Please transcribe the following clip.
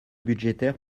budgétaire